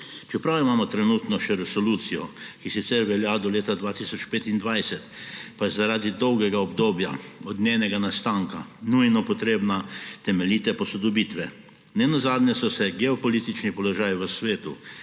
Čeprav imamo trenutno še resolucijo, ki sicer velja do leta 2025, pa je zaradi dolgega obdobja od njenega nastanka nujno potrebna temeljite posodobitve. Nenazadnje so se geopolitični položaj v svetu,